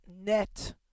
net